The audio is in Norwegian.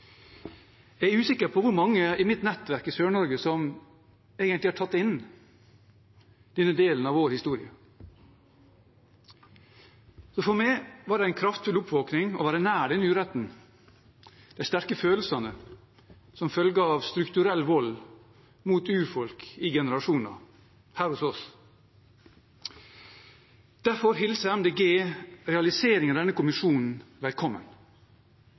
Jeg er usikker på hvor mange i mitt nettverk i Sør-Norge som egentlig har tatt inn denne delen av vår historie, så for meg var det en kraftfull oppvåkning å være nær denne uretten, de sterke følelsene som følge av strukturell vold mot urfolk i generasjoner her hos oss. Derfor hilser Miljøpartiet De Grønne realiseringen av denne kommisjonen velkommen.